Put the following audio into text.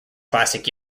classic